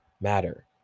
matter